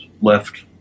left